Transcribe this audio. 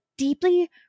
deeply